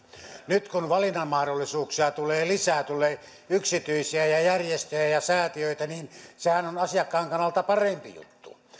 nyt kun valinnanmahdollisuuksia tulee lisää tulee yksityisiä ja ja järjestöjä ja säätiöitä niin sehän on asiakkaan kannalta parempi juttu